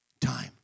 time